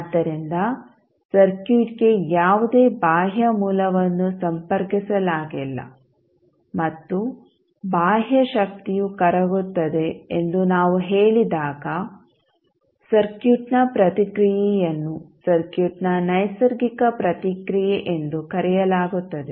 ಆದ್ದರಿಂದ ಸರ್ಕ್ಯೂಟ್ಗೆ ಯಾವುದೇ ಬಾಹ್ಯ ಮೂಲವನ್ನು ಸಂಪರ್ಕಿಸಲಾಗಿಲ್ಲ ಮತ್ತು ಬಾಹ್ಯ ಶಕ್ತಿಯು ಕರಗುತ್ತದೆ ಎಂದು ನಾವು ಹೇಳಿದಾಗ ಸರ್ಕ್ಯೂಟ್ನ ಪ್ರತಿಕ್ರಿಯೆಯನ್ನು ಸರ್ಕ್ಯೂಟ್ನ ನೈಸರ್ಗಿಕ ಪ್ರತಿಕ್ರಿಯೆ ಎಂದು ಕರೆಯಲಾಗುತ್ತದೆ